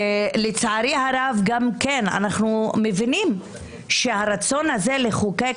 לצערי הרב אנחנו מבינים שהרצון הזה לחוקק